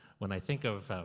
when i think of,